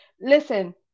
listen